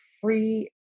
free